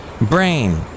Brain